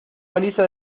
baliza